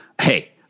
Hey